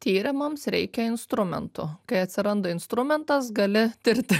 tyrimams reikia instrumentų kai atsiranda instrumentas gali tirti